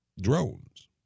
drones